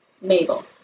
Mabel